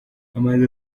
kamanzi